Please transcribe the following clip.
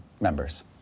members